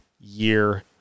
year